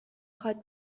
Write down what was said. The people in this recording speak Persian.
خواد